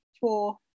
four